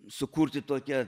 sukurti tokią